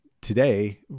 today